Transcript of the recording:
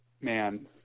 man